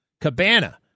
Cabana